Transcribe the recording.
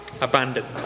abandoned